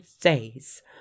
days